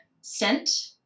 scent